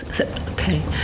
okay